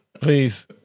Please